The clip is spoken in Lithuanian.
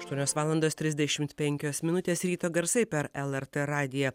aštuonios valandos trisdešimt penkios minutės ryto garsai per lrt radiją